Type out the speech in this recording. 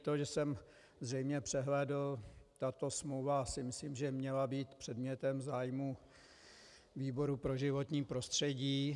Je mi líto, že jsem zřejmě přehlédl tato smlouva myslím měla být předmětem zájmu výboru pro životní prostředí.